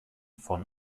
von